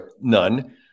None